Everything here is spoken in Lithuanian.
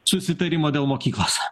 susitarimo dėl mokyklos